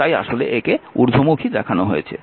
তাই আসলে একে ঊর্ধ্বমুখী দেখানো হয়েছে